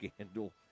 scandal